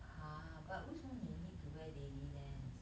!huh! but 为什么你 need to wear daily lens